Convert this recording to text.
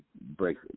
break